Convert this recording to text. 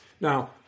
Now